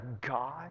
God